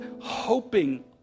hoping